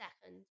second